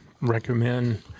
recommend